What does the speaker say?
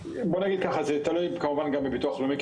-- זה תלוי כמובן גם בביטוח לאומי,